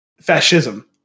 Fascism